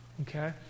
Okay